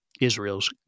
Israel's